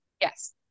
Yes